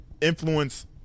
influence